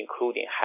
including